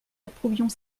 approuvions